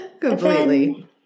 Completely